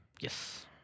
Yes